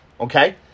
Okay